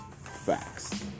facts